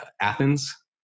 Athens